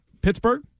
Pittsburgh